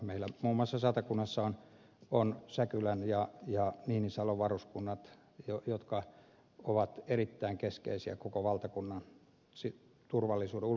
meillä muun muassa satakunnassa on säkylän ja niinisalon varuskunnat jotka ovat erittäin keskeisiä koko valtakunnan ulkoisen turvallisuuden ylläpitämisessä